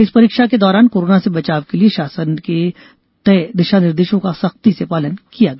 इस परीक्षा के दौरान कोरोना से बचाव के लिये शासन के तय दिशा निर्देशों का सख्ती से पालन किया गया